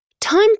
Time